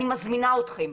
אני מזמינה אתכם,